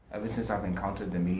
ever since um encountered i mean